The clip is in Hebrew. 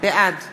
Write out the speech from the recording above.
בעד